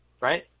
right